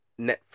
Netflix